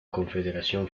confederación